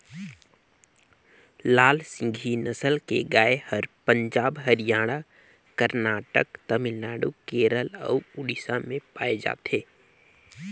लाल सिंघी नसल के गाय हर पंजाब, हरियाणा, करनाटक, तमिलनाडु, केरल अउ उड़ीसा में पाए जाथे